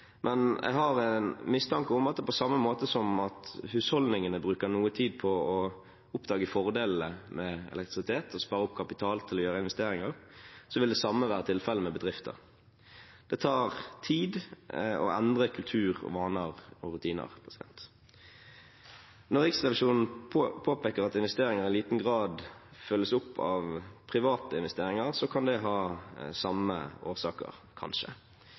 men jeg har en mistanke om at når husholdningene bruker noe tid på å oppdage fordelene med elektrisitet og å spare opp kapital til å gjøre investeringer, vil det samme være tilfellet med bedrifter. Det tar tid å endre kultur, vaner og rutiner. Når Riksrevisjonen påpeker at investeringene i liten grad følges opp av private investeringer, kan det kanskje ha samme årsaker.